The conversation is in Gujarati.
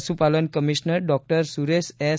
પશુપાલન કમિશનર ડોક્ટર સુરેશ એસ